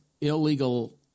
illegal